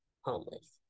homeless